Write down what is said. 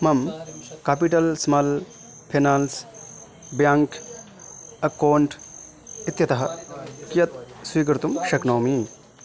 मम capital small finance bank account इत्यतः कियत् स्वीकर्तुं शक्नोमि